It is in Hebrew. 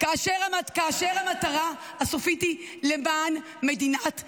-- כאשר המטרה הסופית היא למען מדינת ישראל.